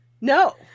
No